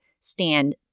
stand